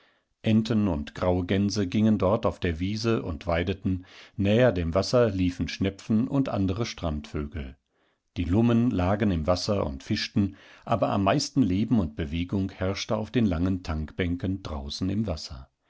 enten und graue gänse gingen dort auf der wiese und weideten näher dem wasser liefen schnepfen und andere strandvögel die lummen lagen im wasser und fischten aber am meisten leben und bewegung herrschte auf den langen tangbänken draußen im wasser